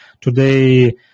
today